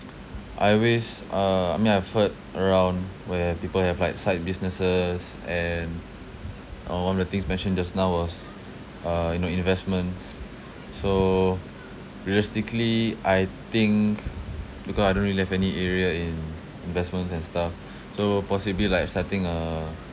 I always uh I mean I've heard around where people have like side businesses and uh one of the things mentioned just now was uh you know investments so realistically I think because I don't really have any area in investments and stuff so possibly like setting a